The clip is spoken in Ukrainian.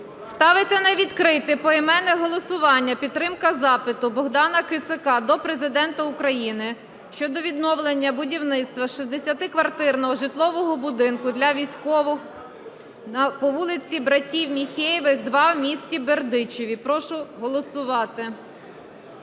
Ставиться на відкрите поіменне голосування підтримка запиту Богдана Кицака до Президента України щодо відновлення будівництва 60-квартирного житлового будинку для військових по вулиці Братів Міхеєвих, 2 в місті Бердичеві. Прошу голосувати.